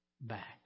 back